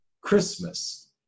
Christmas